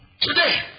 Today